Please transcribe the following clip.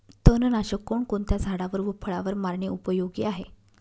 तणनाशक कोणकोणत्या झाडावर व फळावर मारणे उपयोगी आहे?